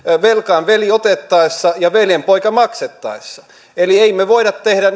velka on veli otettaessa ja veljenpoika maksettaessa eli emme me me voi tehdä